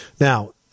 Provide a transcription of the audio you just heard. Now